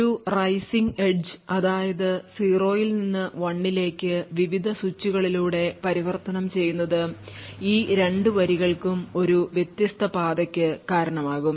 ഒരു rising edge അതായത് 0 ൽ നിന്ന് 1 ലേക്ക് വിവിധ സ്വിച്ചുകളിലൂടെ പരിവർത്തനം ചെയ്യുന്നത് ഈ 2 വരികൾക്കും ഒരു വ്യത്യസ്ത പാതയ്ക്ക് കാരണമാകും